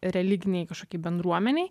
religinei kažkokiai bendruomenei